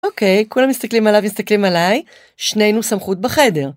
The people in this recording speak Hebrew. אוקיי, כולם מסתכלים עליו ומסתכלים עליי, שנינו סמכות בחדר.